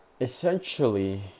essentially